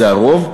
זה הרוב,